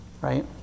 right